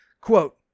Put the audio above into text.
quote